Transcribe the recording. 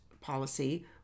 policy